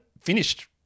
finished